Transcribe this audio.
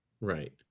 Right